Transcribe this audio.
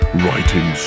writing